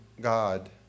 God